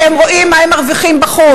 כי הם רואים מה הם מרוויחים בחוץ.